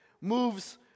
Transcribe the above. moves